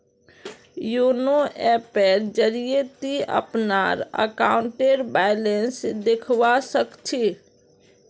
YONO ऐपेर जरिए ती अपनार अकाउंटेर बैलेंस देखवा सख छि